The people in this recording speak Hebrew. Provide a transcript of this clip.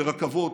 ברכבות,